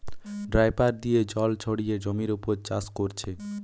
dripper দিয়ে জল ছড়িয়ে জমির উপর চাষ কোরছে